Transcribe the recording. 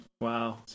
Wow